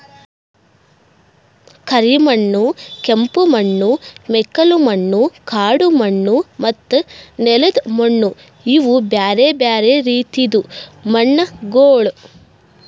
ಕರಿ ಮಣ್ಣು, ಕೆಂಪು ಮಣ್ಣು, ಮೆಕ್ಕಲು ಮಣ್ಣು, ಕಾಡು ಮಣ್ಣು ಮತ್ತ ನೆಲ್ದ ಮಣ್ಣು ಇವು ಬ್ಯಾರೆ ಬ್ಯಾರೆ ರೀತಿದು ಮಣ್ಣಗೊಳ್